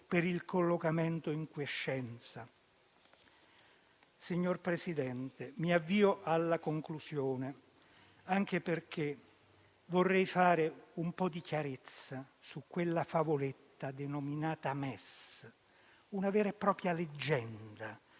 per il collocamento in quiescenza. Signor Presidente, mi avvio alla conclusione, anche perché vorrei fare un po' di chiarezza su quella favoletta denominata MES. Una vera e propria leggenda,